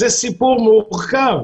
זה סיפור מורכב.